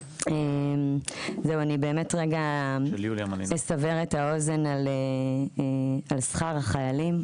אני באמת רגע אסבר את האוזן על שכר החיילים.